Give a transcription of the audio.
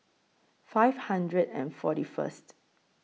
five hundred and forty First